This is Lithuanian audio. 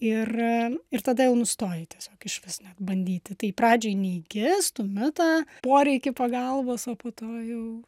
ir ir tada jau nustoji tiesiog išvis net bandyti tai pradžioj neįgi stumi tą poreikį pagalbos o po to jau